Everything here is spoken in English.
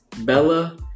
Bella